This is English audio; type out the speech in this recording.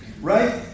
Right